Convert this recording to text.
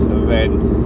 events